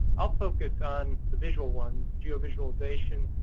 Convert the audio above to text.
i'll focus on the visual ones geovisualization,